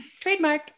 Trademarked